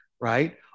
right